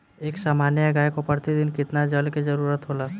एक सामान्य गाय को प्रतिदिन कितना जल के जरुरत होला?